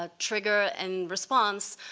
ah trigger and response,